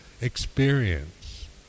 experience